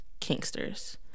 kinksters